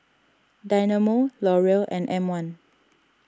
Dynamo L'Oreal and M one